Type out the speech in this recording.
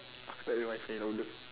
sekali must stay longer